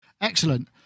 Excellent